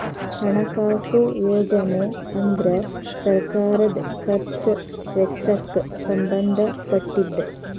ಹಣಕಾಸು ಯೋಜನೆ ಅಂದ್ರ ಸರ್ಕಾರದ್ ಖರ್ಚ್ ವೆಚ್ಚಕ್ಕ್ ಸಂಬಂಧ ಪಟ್ಟಿದ್ದ